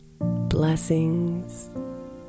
Blessings